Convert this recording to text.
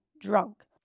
drunk